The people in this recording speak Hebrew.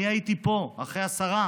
אני הייתי פה אחרי השרה.